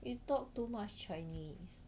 you talk too much chinese